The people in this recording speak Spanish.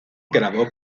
grabó